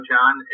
John